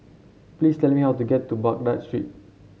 please tell me how to get to Baghdad Street